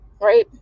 Right